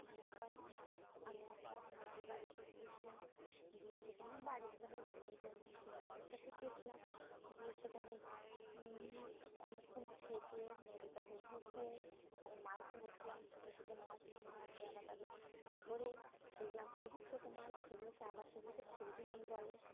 আমি একবার মামা আমি একবার নদীর বাড়িতে গিয়েছিলাম গিয়ে সেখানে বাড়িতে ধরো বলেই যায়নি সেই অবস্থাতে গিয়েছিলাম গিয়ে সেখানে অনেকক্ষণ থেকে নদীটাকে উপভোগ করে ওখানে মাছ ধরেছিলাম ছোটো ছোটো মাছ সেগুলোকে আবার তাদের ধরে দেখলাম খুবই ছোটো মাছ সেগুলোকে আবার সেগুলোকে ছেড়ে দিলাম জলে